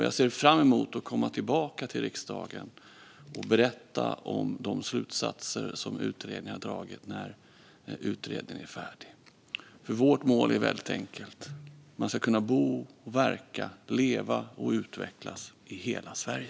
Jag ser fram emot att komma tillbaka till riksdagen och berätta om de slutsatser som utredningen har dragit när den är färdig. Vårt mål är väldigt enkelt: man ska kunna bo, verka, leva och utvecklas i hela Sverige.